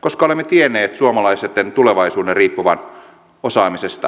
koska olemme tienneet suomalaisten tulevaisuuden riippuvan osaamisesta ja sivistyksestä